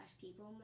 people